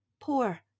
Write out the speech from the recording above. Poor